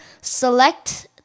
select